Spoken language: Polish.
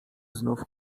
znów